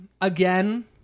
again